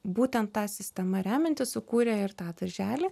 būtent ta sistema remiantis sukūrė ir tą darželį